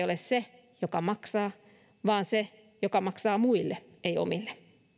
ole se joka maksaa vaan se joka maksaa muille ei omille